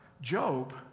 Job